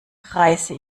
reiße